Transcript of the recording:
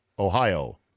Ohio